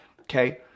okay